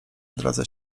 odradza